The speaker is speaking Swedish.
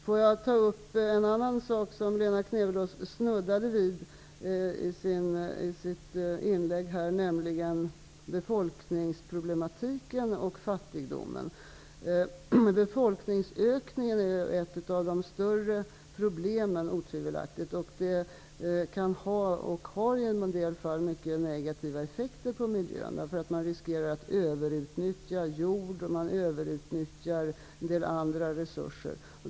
Får jag ta upp en annan sak som Lena Klevenås snuddade vid i sitt inlägg, nämligen befolkningsproblematiken och fattigdomen. Befolkningsökningen är otvivelaktigt ett av de större problemen. Det kan ha, och har i en del fall, mycket negativa effekter på miljön, därför att man riskerar att överutnyttja jord och en del andra resurser.